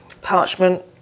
parchment